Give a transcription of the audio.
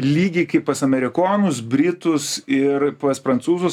lygiai kaip pas amerikonus britus ir pas prancūzus